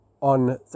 on